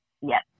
Yes